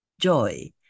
Joy